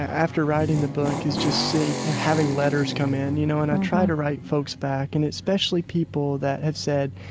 after writing the book, is just having letters come in, you know. and i try to write folks back, and especially people that have said,